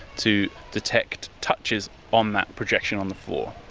to detect touches on that projection on the floor.